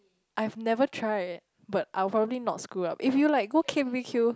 I have never tried but I will probably not screw up if you like go K_B_B_Q